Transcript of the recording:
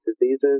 diseases